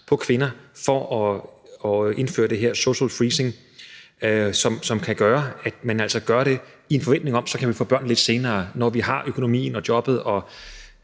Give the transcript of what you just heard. på kvinder i forhold til at indføre det her social freezing, som kan gøre, at man altså gør det i en forventning om, at man så kan få børn lidt senere, når man har økonomien og jobbet og